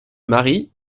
marie